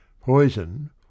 Poison